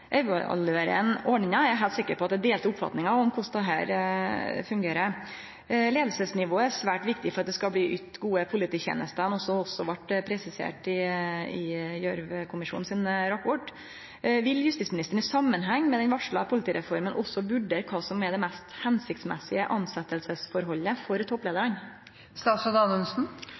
ordninga, er eg heilt sikker på at det er delte oppfatningar om korleis dette fungerer. Leiingsnivået er svært viktig for at det skal bli ytt gode polititenester, noko som også vart presisert i Gjørv-kommisjonen sin rapport. Vil justisministeren i samband med den varsla politireforma også vurdere kva som er det mest hensiktsmessige tilsetjingsforholdet for